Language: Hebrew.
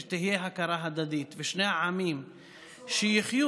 ושתהיה הכרה הדדית בשני העמים שיחיו.